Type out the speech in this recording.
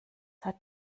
hat